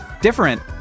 different